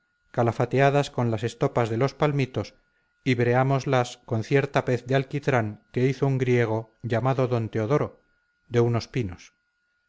una calafateadas con las estopas de los palmitos y breámoslas con cierta pez de alquitrán que hizo un griego llamado don teodoro de unos pinos